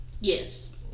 Yes